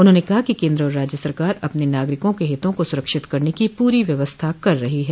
उन्होंने कहा कि केन्द्र और राज्य सरकार अपने नागरिकों के हितों को सुरक्षित रखने की पूरी व्यवस्था कर रही है